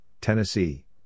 Tennessee